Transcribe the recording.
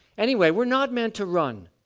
anyway, we're not meant to run.